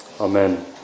Amen